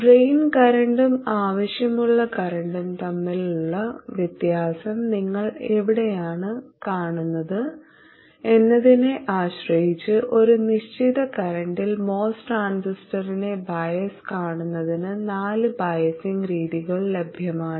drain കറന്റും ആവശ്യമുള്ള കറന്റും തമ്മിലുള്ള വ്യത്യാസം നിങ്ങൾ എവിടെയാണ് കാണുന്നത് എന്നതിനെ ആശ്രയിച്ച് ഒരു നിശ്ചിത കറന്റിൽ MOS ട്രാൻസിസ്റ്ററിനെ ബയസ് കാണുന്നതിന് നാല് ബയാസിംഗ് രീതികൾ ലഭ്യമാണ്